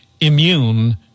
immune